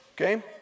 Okay